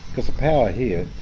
because the power here,